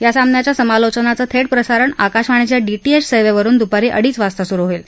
या सामन्याच्या समालोचनाचं थेट प्रसारण आकाशवाणीच्या डीटीएच सेवेवरून दुपारी अडीच वाजता सुरू होईल